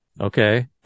okay